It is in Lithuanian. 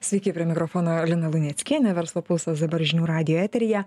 sveiki prie mikrofono lina luneckienė verslo pulsas dabar žinių radijo eteryje